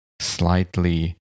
slightly